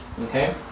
Okay